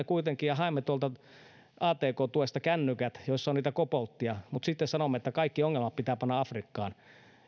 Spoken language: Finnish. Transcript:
kuitenkin käytämme ja haemme tuolta atk tuesta kännyköitä joissa on kobolttia mutta sitten sanomme että kaikki ongelmat pitää panna afrikkaan